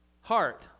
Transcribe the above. heart